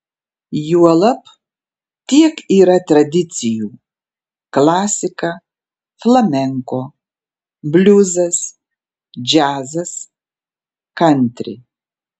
juolab tiek yra tradicijų klasika flamenko bliuzas džiazas kantri